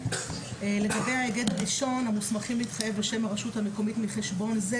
לגבי ההיגד הראשון "המוסמכים להתחייב בשם הרשות המקומית מחשבון זה"